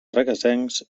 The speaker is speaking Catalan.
requesens